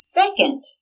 second